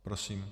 Prosím.